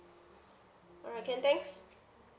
alright can thanks